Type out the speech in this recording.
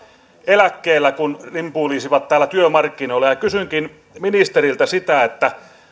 eläkkeellä kuin rimpuilisivat työmarkkinoilla kysynkin ministeriltä